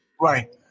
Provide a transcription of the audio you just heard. Right